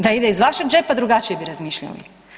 Da ide iz vašeg džepa drugačije bi razmišljali.